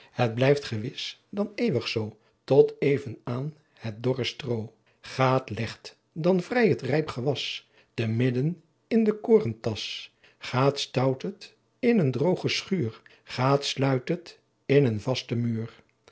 het blyft gewis dan eeuwich soo tot even aen het dorre stroo gaet leght dan vry het ryp gewas te midden in een korentas gaet stoutet in een drooge schuyr gaet sluytet in een vaste muyr